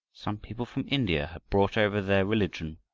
some people from india had brought over their religion,